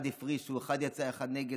אחד הפרישו, אחד יצא, אחד נגד.